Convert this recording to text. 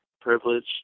privilege